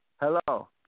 Hello